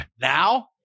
Now